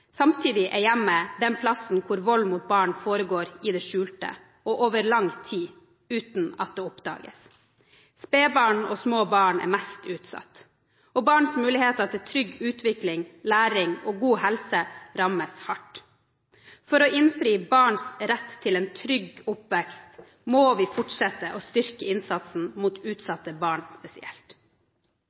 Samtidig er hjemmet den plassen hvor vold mot barn foregår i det skjulte og over lang tid, uten at det oppdages. Spedbarn og små barn er mest utsatt. Barns mulighet for trygg utvikling, læring og god helse rammes hardt. For å innfri barns rett til en trygg oppvekst må vi fortsette å styrke innsatsen mot utsatte barn spesielt.